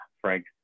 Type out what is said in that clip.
Frank